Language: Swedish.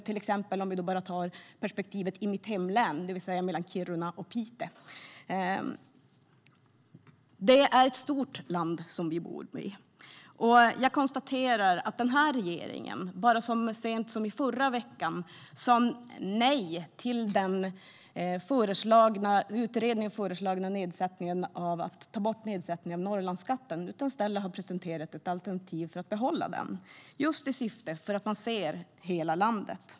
Jag kan bara ta perspektivet i mitt hemlän, det vill säga mellan Kiruna och Piteå. Det är ett stort land som vi bor i. Jag konstaterar att regeringen så sent som i förra veckan sa nej till förslaget i utredningen om att ta bort nedsättningen av Norrlandsskatten. I stället har regeringen presenterat ett alternativ för att behålla den, just för att man ser hela landet.